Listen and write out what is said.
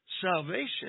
salvation